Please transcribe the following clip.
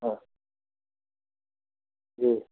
हाँ जी